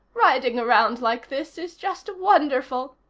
riding around like this is just wonderful!